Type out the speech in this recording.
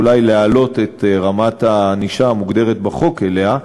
אולי להעלות את רמת הענישה המוגדרת בחוק עליה,